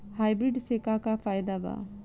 Hybrid से का का फायदा बा?